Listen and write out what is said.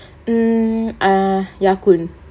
hmm ah ya kun